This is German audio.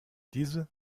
diese